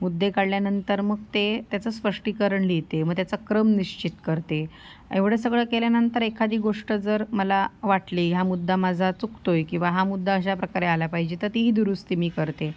मुद्दे काढल्यानंतर मग ते त्याचं स्पष्टीकरण लिहिते मग त्याचा क्रम निश्चित करते एवढं सगळं केल्यानंतर एखादी गोष्ट जर मला वाटली हा मुद्दा माझा चुकतो आहे किंवा हा मुद्दा अशा प्रकारे आला पाहिजे तर तीही दुरुस्ती मी करते